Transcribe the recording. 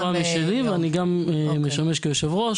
יש לי חברה משלי ואני גם משמש כיושב-ראש,